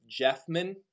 Jeffman